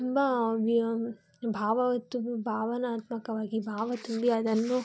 ತುಂಬ ವಿ ಭಾವ ತುಂಬ ಭಾವನಾತ್ಮಕವಾಗಿ ಭಾವ ತುಂಬಿ ಅದನ್ನು